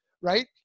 right